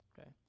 okay